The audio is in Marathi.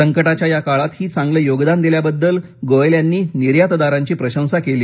संकटाच्या या काळातही चांगल योगदान दिल्या बद्दल गोयल यांनी निर्यातदारांची प्रशंसा केली